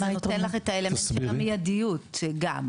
זה נותן לך את האלמנט שגם מיידיות גם,